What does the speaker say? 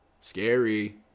Scary